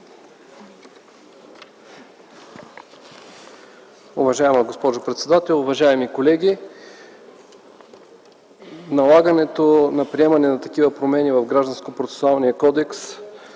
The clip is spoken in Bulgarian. Уважаема госпожо председател, уважаеми колеги! Налагането на приемане на такива промени в Гражданския процесуален кодекс